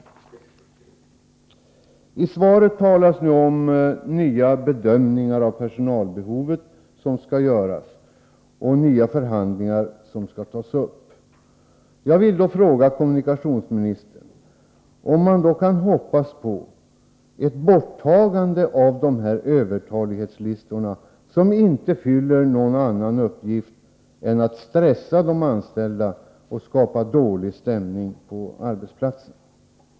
Nr 68 I svaret talas det om att nya bedömningar av personalbehovet skall göras Måndagen den och att nya förhandlingar skall tas upp. Jag vill fråga kommunikationsminis 30 januari 1984 tern om man då kan hoppas på ett borttagande av övertalighetslistorna, som inte fyller någon annan uppgift än att stressa de anställda och skapa dålig Omstora övertidsstämning på arbetsplatsen.